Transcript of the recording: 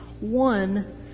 One